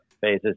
phases